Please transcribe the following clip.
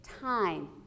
time